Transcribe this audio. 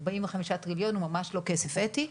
ארבעים וחמישה טריליון הוא ממש לא כסף אתי.